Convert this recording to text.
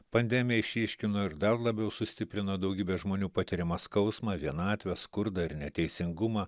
pandemija išryškino ir dar labiau sustiprino daugybės žmonių patiriamą skausmą vienatvę skurdą ir neteisingumą